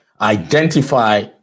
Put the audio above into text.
Identify